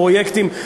פרויקטים,